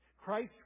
Christ